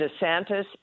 DeSantis